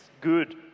good